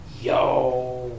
Yo